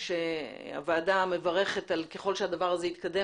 והוועדה מברכת וככל שהדבר הזה יתקדם,